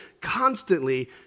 constantly